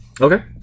Okay